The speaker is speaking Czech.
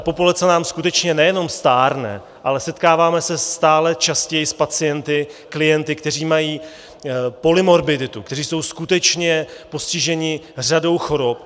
Populace nám skutečně nejenom stárne, ale setkáváme se stále častěji s pacienty, klienty, kteří mají polymorbiditu, kteří jsou skutečně postiženi řadou chorob.